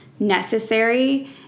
Necessary